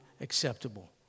acceptable